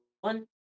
one